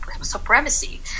supremacy